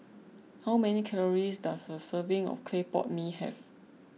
how many calories does a serving of Clay Pot Mee have